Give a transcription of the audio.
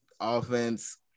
Offense